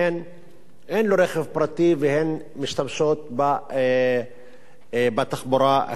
אין רכב פרטי, והן משתמשות בתחבורה הציבורית.